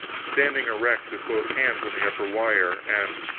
standing erect, with both hands on the upper wire and,